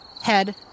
head